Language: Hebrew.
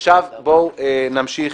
עכשיו בוא נמשיך.